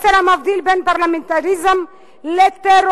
מסר המבדיל בין פרלמנטריזם לטרוריזם,